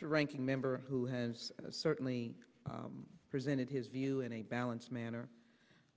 ranking member who has certainly presented his view in a balanced manner